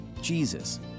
Jesus